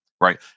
Right